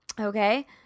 Okay